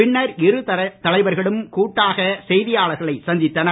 பின்னர் இருதலைவர்களும் கூட்டாக செய்தியாளர்களை சந்தித்தனர்